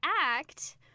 act